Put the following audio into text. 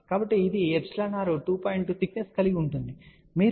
2 thickness కలిగి ఉంటుంది మీరు 0